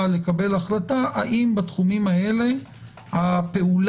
לקבל החלטה האם בתחומים האלה הפעולה,